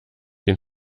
den